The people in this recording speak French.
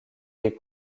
des